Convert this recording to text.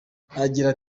agira